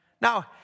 Now